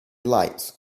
lights